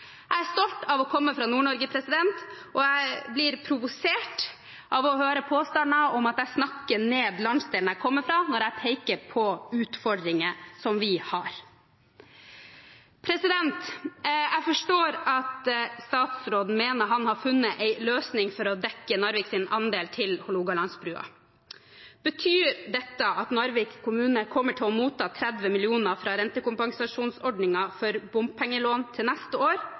Jeg er stolt av å komme fra Nord-Norge, og jeg blir provosert av å høre påstander om at jeg snakker ned landsdelen jeg kommer fra når jeg peker på utfordringer som vi har. Jeg forstår at statsråden mener at han har funnet en løsning for å dekke Narviks andel til Hålogalandsbrua. Betyr dette at Narvik kommune kommer til å motta 30 mill. kr fra rentekompensasjonsordningen for bompengelån til neste år,